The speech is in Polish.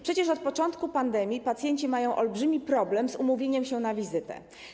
Przecież od początku pandemii pacjenci mają olbrzymi problem z umówieniem się na wizytę.